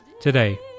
today